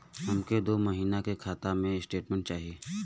हमके दो महीना के खाता के स्टेटमेंट चाही?